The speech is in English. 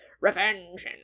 revenge